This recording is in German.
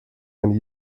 ein